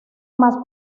más